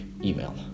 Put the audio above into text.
email